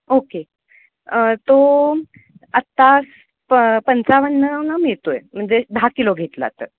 okay तो आत्ताच प पंचावन्ननं मिळतो आहे म्हणजे दहा किलो घेतला तर